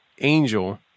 angel